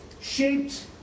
shaped